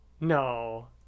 No